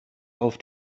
auf